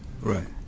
Right